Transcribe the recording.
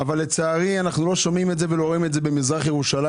אבל לצערי אנחנו לא שומעים את זה ולא רואים את זה במזרח ירושלים,